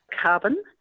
carbon